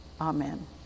Amen